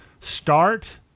start